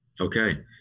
Okay